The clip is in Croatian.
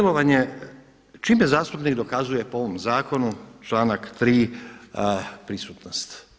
Čime zastupnik dokazuje po ovome zakonu članak 3. prisutnost?